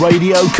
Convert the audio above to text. Radio